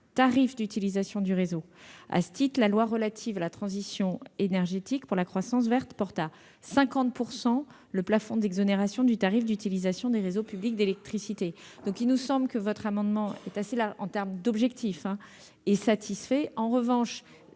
tarif d'utilisation du réseau. À ce titre, la loi relative à la transition énergétique pour la croissance verte porte à 50 % le plafond d'exonération du tarif d'utilisation des réseaux publics d'électricité. Par conséquent, les amendements me paraissent satisfaits